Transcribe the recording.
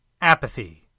Apathy